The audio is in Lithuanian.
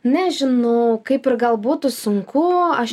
nežinau kaip ir gal būtų sunku aš